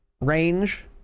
range